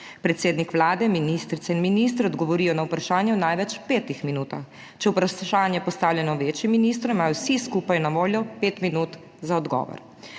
Predsednik Vlade, ministrice in ministri odgovorijo na vprašanje v največ petih minutah. Če je vprašanje postavljeno več ministrom, imajo vsi skupaj na voljo 5 minut za odgovor.